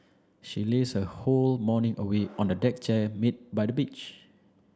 she lazed her whole morning away on the deck chair by the beach